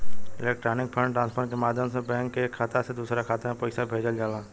electronic fund transfer के माध्यम से बैंक के एक खाता से दूसरा खाता में पईसा भेजल जाला